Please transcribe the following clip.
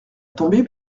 tomber